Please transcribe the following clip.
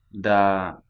da